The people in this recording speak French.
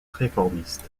réformiste